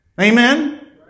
Amen